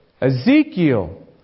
Ezekiel